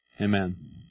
Amen